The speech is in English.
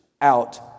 out